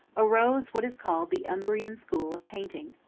arose what is called the umbrian school of painting.